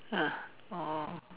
ah orh